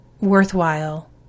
worthwhile